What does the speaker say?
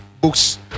books